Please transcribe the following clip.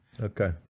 Okay